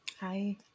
Hi